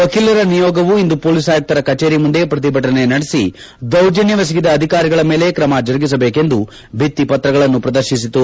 ವಕೀಲರ ನಿಯೋಗವು ಇಂದು ಪೊಲೀಸ್ ಆಯುಕ್ತರ ಕಚೇರಿ ಮುಂದೆ ಪ್ರತಿಭಟನೆ ನಡೆಸಿ ದೌರ್ಜನ್ಯವೆಸಗಿದ ಅಧಿಕಾರಿಗಳ ಮೇಲೆ ಕ್ರಮ ಜರುಗಿಸಬೇಕೆಂದು ಭಿತ್ತಿಪತ್ರಗಳನ್ನು ಪ್ರದರ್ಶಿಸಿತು